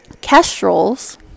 kestrels